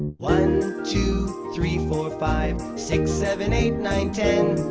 one two three four five, six seven eight nine ten.